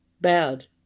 bad